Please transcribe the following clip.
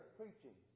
preaching